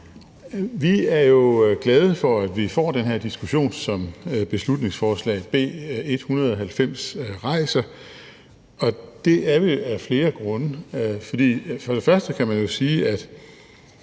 Vi er jo glade for, at vi får den her diskussion, som beslutningsforslag B 190 rejser, og det er vi af flere grunde. For det første kan man jo sige,